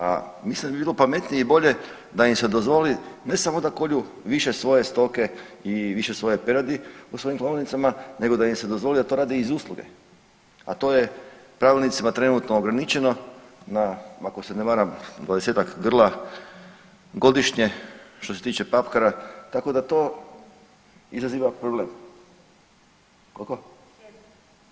A mislim da bi bilo pametnije i bolje da im se dozvoli ne samo da kolju više svoje stoke i više svoje peradi u svojim klaonicama nego da im se dozvoli da to rade iz usluge, a to je pravilnicima trenutno ograničeno na ako se ne varam 20-ak grla godišnje što se tiče papkara, tako da to izaziva problem. … [[Upadica se ne razumije.]] Koliko?